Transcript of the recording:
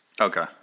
Okay